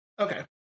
Okay